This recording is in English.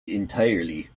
entirely